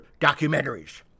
Documentaries